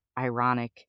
ironic